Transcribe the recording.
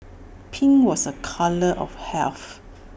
pink was A colour of health